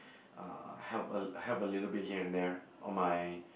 uh help a help a little bit here and there or my